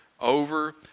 over